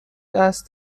است